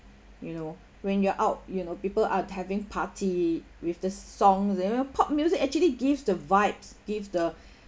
you know when you're out you know people are having party with the song you know pop music actually gives the vibes give the